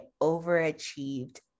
overachieved